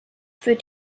führt